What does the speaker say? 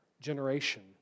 generation